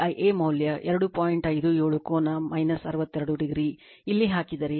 57 ಕೋನ 62o ಇಲ್ಲಿ ಹಾಕಿದರೆ